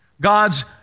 God's